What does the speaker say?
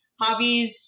Hobbies